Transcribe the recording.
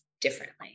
differently